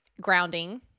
Grounding